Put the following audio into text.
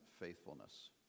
faithfulness